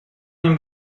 این